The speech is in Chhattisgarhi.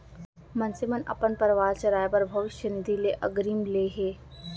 मनसे मन अपन परवार चलाए बर भविस्य निधि ले अगरिम ले हे